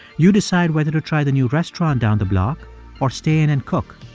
you decide whether to try the new restaurant down the block or stay in and cook.